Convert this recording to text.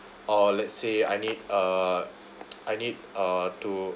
or let's say I need uh I need uh to